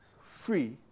free